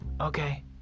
Okay